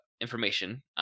information